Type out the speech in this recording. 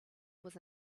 was